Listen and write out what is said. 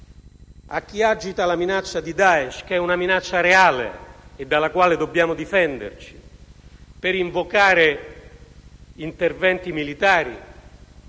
A chi agita la minaccia di Daesh, che è reale e dalla quale dobbiamo difenderci, per invocare interventi militari,